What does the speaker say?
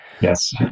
Yes